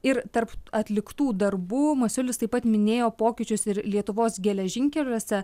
ir tarp atliktų darbų masiulis taip pat minėjo pokyčius ir lietuvos geležinkeliuose